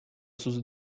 sus